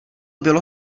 bylo